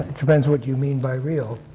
it depends what you mean by real.